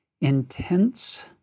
intense